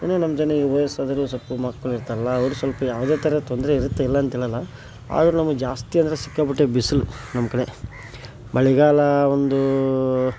ಏನೋ ನಮ್ಮ ಜನಕ್ಕೆ ವಯಸ್ಸಾದೋರು ಸ್ವಲ್ಪ ಮಕ್ಕಳು ಇರ್ತರಲ್ಲ ಅವರು ಸ್ವಲ್ಪ ಯಾವುದೇ ಥರ ತೊಂದರೆ ಇರುತ್ತೆ ಇಲ್ಲ ಅಂತ ಹೇಳೋಲ್ಲ ಆದರೆ ನಮ್ಗೆ ಜಾಸ್ತಿ ಅಂದ್ರೆ ಸಿಕ್ಕಾಪಟ್ಟೆ ಬಿಸಿಲು ನಮ್ಮ ಕಡೆ ಮಳೆಗಾಲ ಒಂದು